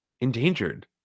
endangered